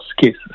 cases